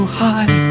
high